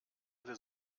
alle